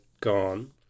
gone